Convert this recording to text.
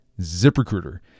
ZipRecruiter